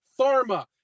pharma